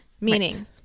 Meaning